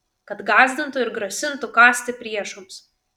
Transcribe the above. kad gąsdintų ir grasintų kąsti priešams